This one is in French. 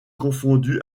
confondu